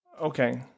Okay